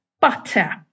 butter